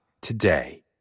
today